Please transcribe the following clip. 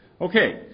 Okay